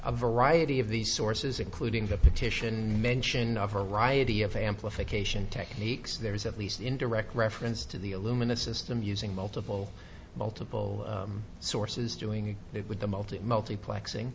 a variety of these sources including the petition mention of variety of amplification techniques there is at least in direct reference to the alumina system using multiple multiple sources doing it with the multi multiplexing